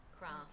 craft